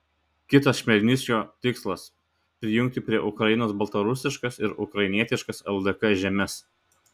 kitas chmelnickio tikslas prijungti prie ukrainos baltarusiškas ir ukrainietiškas ldk žemes